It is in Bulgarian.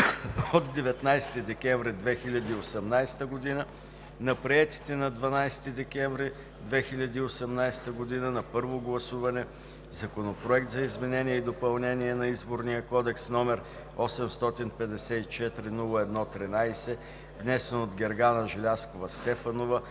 от 19 декември 2018 г. на приетите на 12 декември 2018 г. на първо гласуване Законопроект за изменение и допълнение на Изборния кодекс, № 854-01-13, внесен от Гергана Желязкова Стефанова